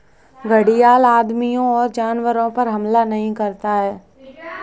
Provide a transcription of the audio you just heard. घड़ियाल आदमियों और जानवरों पर हमला नहीं करता है